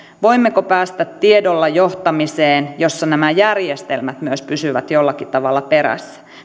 voimmeko päästä tiedolla johtamiseen jossa nämä järjestelmät myös pysyvät jollakin tavalla perässä